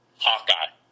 hawkeye